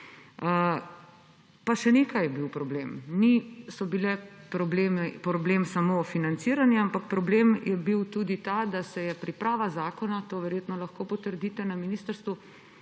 Pa še nekaj je bil problem. Ni bil problem samo financiranje, ampak problem je bil tudi ta, da se je priprava zakona – to verjetno lahko potrdite na ministrstvu